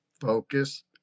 Focus